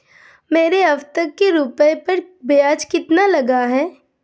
मेरे अब तक के रुपयों पर ब्याज कितना लगा है?